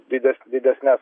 dides didesnes